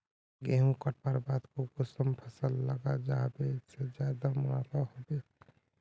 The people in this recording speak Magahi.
गेंहू कटवार बाद कुंसम फसल लगा जाहा बे ते ज्यादा मुनाफा होबे बे?